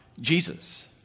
Jesus